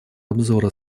обзора